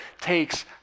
takes